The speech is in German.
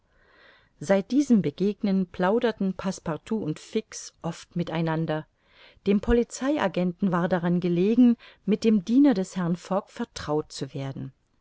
seit diesem begegnen plauderten passepartout und fix oft mit einander dem polizei agenten war daran gelegen mit dem diener des herrn fogg vertraut zu werden